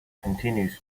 continues